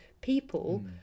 people